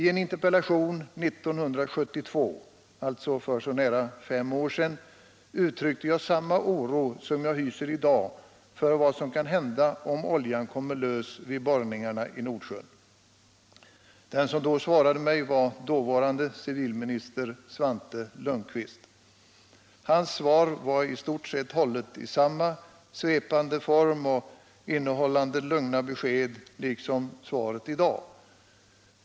I en interpellation år 1972, alltså för fem år sedan, uttryckte jag samma oro som jag hyser i dag för vad som kan hända om oljan kommer lös vid borrningarna i Nordsjön. Den som då svarade mig var dåvarande civilministern Svante Lundkvist. Hans svar var i stort sett hållet i samma svepande form och innehöll, liksom svaret i dag, lugnande besked.